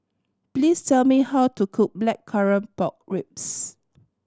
please tell me how to cook Blackcurrant Pork Ribs